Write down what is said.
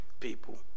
People